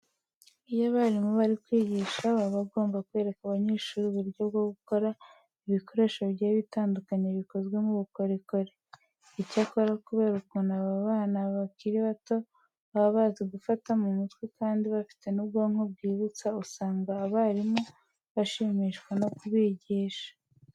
Iyo abarimu bari kwigisha baba bagomba kwereka abanyeshuri uburyo bwo gukora ibikoresho bigiye butandukanye bikozwe mu bukorikori. Icyakora kubera ukuntu aba bana bakiri bato baba bazi gufata mu mutwe kandi bafite n'ubwonko bwibutsa usanga abarimu bashimishwa no kubigisha.